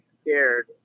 scared